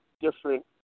different